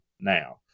now